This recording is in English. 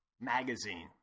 magazine